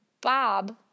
Bob